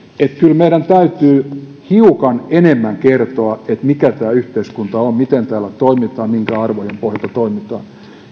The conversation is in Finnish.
että kyllä meidän täytyy hiukan enemmän kertoa siitä mikä tämä yhteiskunta on miten täällä toimitaan ja minkä arvojen pohjalta toimitaan